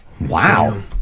Wow